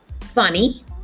funny